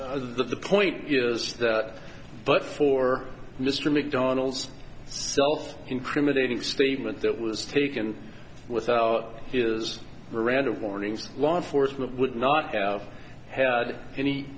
so the point is that but for mr macdonald's self incriminating statement that was taken without his read of warnings law enforcement would not have had any